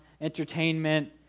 entertainment